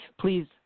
Please